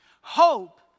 Hope